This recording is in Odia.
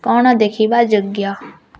କ'ଣ ଦେଖିବା ଯୋଗ୍ୟ